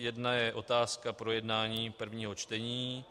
Jedna je otázka projednání v prvním čtení.